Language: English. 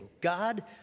God